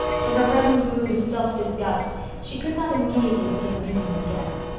in her present mood of self-disgust, she could not immediately begin dreaming again.